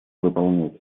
выполнять